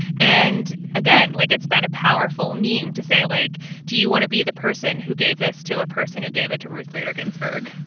and, again, like it's been a powerful meme to say, like do you want to be the person who gave this to a person who gave it to ruth bader ginsburg?